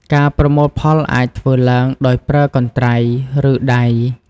ការប្រមូលផលអាចធ្វើឡើងដោយប្រើ កន្ត្រៃ ឬ ដៃ។